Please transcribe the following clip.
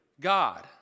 God